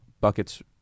buckets